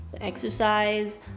exercise